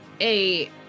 a-